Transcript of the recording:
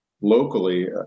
locally